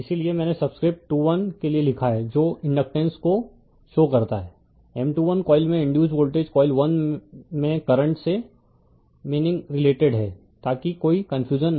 इसीलिए मैंने सबस्क्रिप्ट 2 1 के लिए लिखा है जो इंडकटेन्स को शो करता है M21 कॉइल में इंडयुसड वोल्टेज कॉइल 1 में करंट से मीनिंग रिलेटेड है ताकि कोई कनफूजन न हो